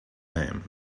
name